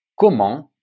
comment